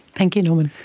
thank you norman.